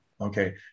Okay